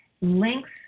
links